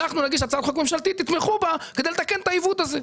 אנחנו נגיש הצעת חוק ממשלתית תתמכו בה כדי לתקן את העיוות הזה.